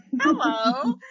hello